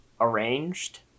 arranged